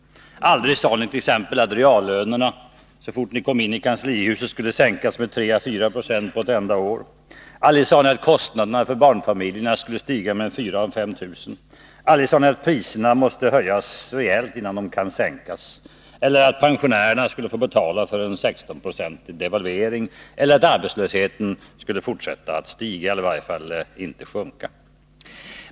Aldrig sade nit.ex. att så fort ni kom in i kanslihuset skulle reallönerna sänkas med 3 å 4 90 på ett enda år. Aldrig sade ni att kostnaderna för barnfamiljerna skulle stiga med 4 000-5 000. Aldrig sade ni att priserna måste höjas rejält innan de kan sänkas, eller att pensionärerna skulle få betala för en 16-procentig devalvering eller att arbetslösheten skulle fortsätta att stiga, eller i varje fall inte sjunka.